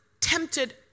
tempted